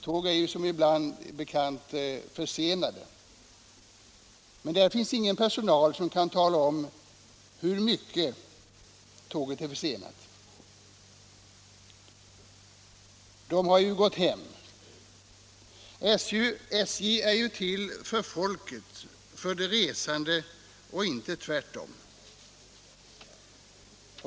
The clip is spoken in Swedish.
Tåg är som bekant ibland försenade, men där finns ingen personal som kan tala om hur mycket tåget är försenat. Den har gått hem. SJ är ju till för folket, för de resande, inte tvärtom.